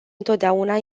întotdeauna